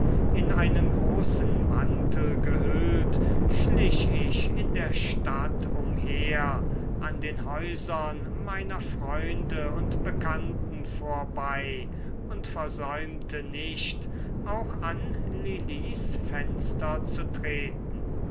in einen großen mantel gehüllt schlich ich in der stadt umher an den häusern meiner freunde und bekannten vorbei und versäumte nicht auch an lilis fenster zu treten